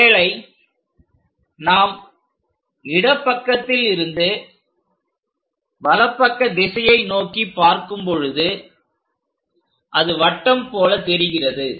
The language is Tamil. ஒருவேளை நாம் இடப்பக்கத்தில் இருந்து வலப்பக்க திசையை நோக்கி பார்க்கும் பொழுது அது வட்டம் போல தெரிகிறது